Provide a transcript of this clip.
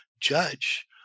judge